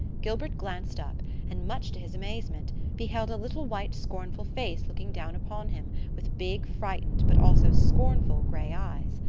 gilbert glanced up and, much to his amazement, beheld a little white scornful face looking down upon him with big, frightened but also scornful gray eyes.